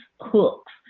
hooks